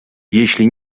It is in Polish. jeśli